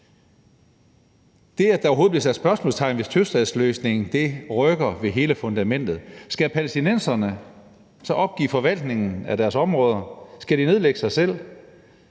Det, at der overhovedet bliver sat spørgsmålstegn ved tostatsløsningen, rykker ved hele fundamentet. Skal palæstinenserne så opgive forvaltningen af deres områder? Skal de nedlægge sig selv?